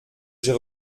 j’ai